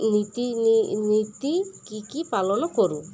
ନୀତି ନୀତି କି କି ପାଳନ କରୁ